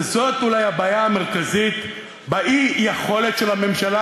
וזאת אולי הבעיה המרכזית באי-יכולת של הממשלה